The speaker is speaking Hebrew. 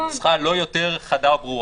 זה לא נוסח יותר חד או ברור.